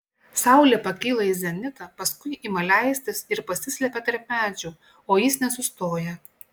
saulė pakyla į zenitą paskui ima leistis ir pasislepia tarp medžių o jis nesustoja